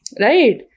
Right